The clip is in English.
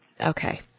Okay